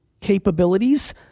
capabilities